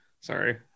Sorry